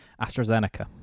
AstraZeneca